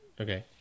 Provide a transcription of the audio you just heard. okay